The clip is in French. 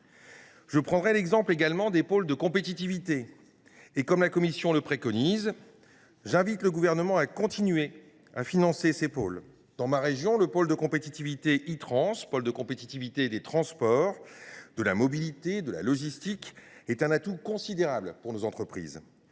Je prendrai moi aussi l’exemple des pôles de compétitivité. Comme la commission le préconise, j’invite le Gouvernement à les financer. Dans ma région, le pôle de compétitivité I Trans, pôle de compétitivité des transports, de la mobilité et de la logistique, est un atout considérable pour nos entreprises.